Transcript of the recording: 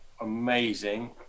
amazing